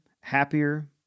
happier